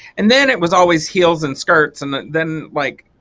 and then it was always heels and skirts and then like,